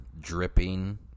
dripping